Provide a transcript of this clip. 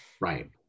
Right